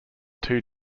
two